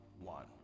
one